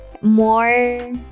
More